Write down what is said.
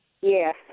Yes